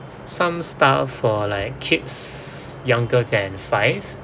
some style for like kids younger than five